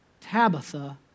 Tabitha